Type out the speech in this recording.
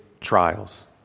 trials